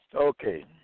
Okay